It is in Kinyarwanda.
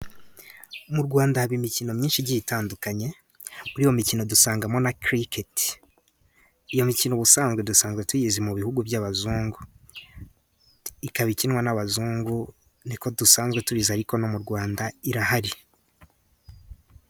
Mu Rwanda haba imikino myinshi igiye itandukanye, muri iyo mikino dusangamo na kiriketi. Iyo mikino ubusanzwe dusanzwe tuyizi mu bihugu by'abazungu, ikaba ikinwa n'abazungu, niko dusanzwe tubizi ariko no mu Rwanda irahari.